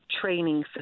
training